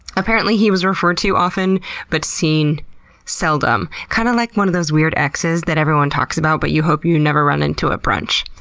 apparently, he was referred to often but seen seldom, kind of like one of those weird exes that everyone talks about but you hope you never run into at ah brunch.